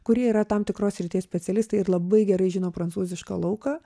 kurie yra tam tikros srities specialistai ir labai gerai žino prancūzišką lauką